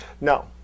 No